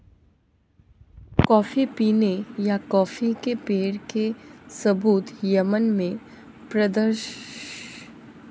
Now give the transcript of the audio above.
coffee पीने या coffee के पेड़ के सबूत यमन में पंद्रहवी शताब्दी के मध्य में दिखाई दिया था